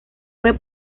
fue